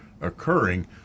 occurring